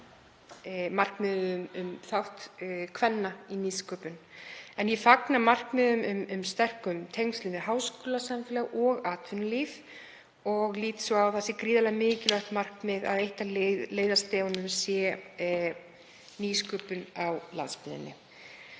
markmið um þátt kvenna í nýsköpun. En ég fagna markmiðum um sterk tengsl við háskólasamfélag og atvinnulíf og lít svo á að það sé gríðarlega mikilvægt markmið að eitt af leiðarstefjunum sé nýsköpun á landsbyggðinni.